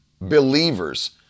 believers